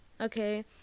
okay